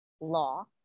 law